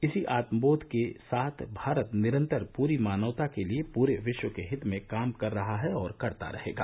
इसी आत्म बोध के साथ भारत निरतर पूरी मानवता के लिए पूरे विश्व के हित में काम कर रहा है और करता रहेगा